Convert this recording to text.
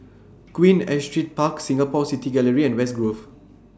Queen Astrid Park Singapore City Gallery and West Grove